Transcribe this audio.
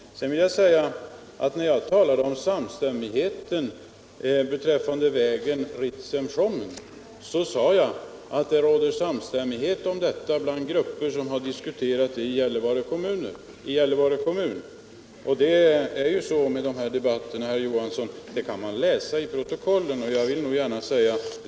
När jag sedan talade om samstämmighet beträffande vägen Ritsem Skjommen sade jag att det råder samstämmighet om denna bland grupper som har diskuterat frågan i Gällivare kommun. Det är ju så med de debatterna, herr Johansson, att man kan läsa om dem i protokollen.